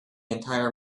entire